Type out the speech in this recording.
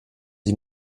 sie